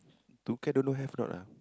True Care don't know have or not ah